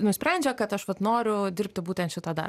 nusprendžia kad aš vat noriu dirbti būtent šitą dar